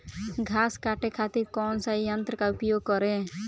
घास काटे खातिर कौन सा यंत्र का उपयोग करें?